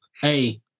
Hey